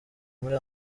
muri